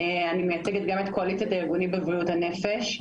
אני מייצגת גם את קואליציית הארגונים בבריאות הנפש.